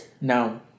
No